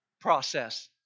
process